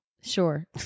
Sure